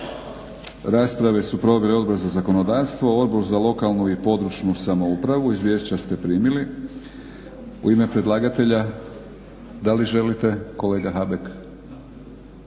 Rasprave su proveli Odbor za zakonodavstvo, Odbor za lokalnu i područnu samoupravu. Izvješća ste primili. U ime predlagatelja da li želite kolega Habek?